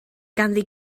ganddi